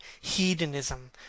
hedonism